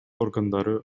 органдары